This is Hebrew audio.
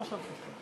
מה שאת רוצה.